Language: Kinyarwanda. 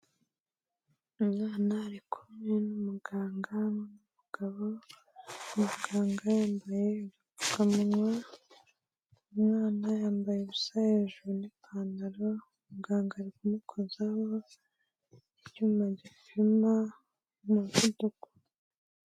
Umwana arikumwe n'umuganga w'umugabo, umuganga yambaye agapfukamuwa, umwana yambaye ubusa hejuru n'ipantaro muganga ari kumukozaho icyuma gipima umuvuduko.